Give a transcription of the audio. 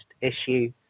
issue